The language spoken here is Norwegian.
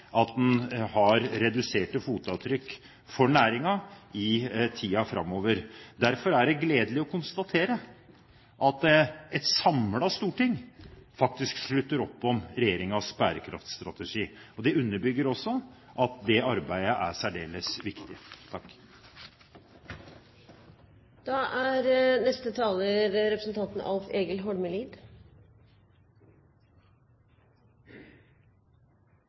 at en har reduserte fotavtrykk for næringen i tiden framover. Derfor er det gledelig å konstatere at et samlet storting slutter opp om regjeringens bærekraftstrategi. Det underbygger også at det arbeidet er særdeles viktig.